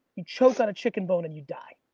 you choke on a chicken bone and you die,